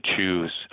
choose